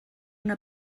una